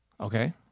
Okay